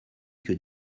que